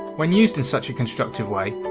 when used in such a constructive way,